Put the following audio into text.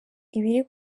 ibiri